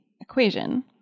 equation